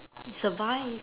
survive